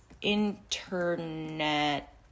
internet